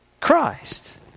Christ